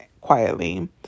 quietly